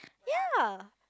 yeah